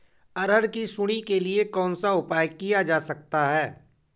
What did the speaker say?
अरहर की सुंडी के लिए कौन सा उपाय किया जा सकता है?